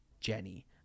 Jenny